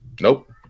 nope